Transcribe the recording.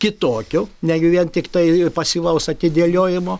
kitokių negi vien tiktai pasyvaus atidėliojimo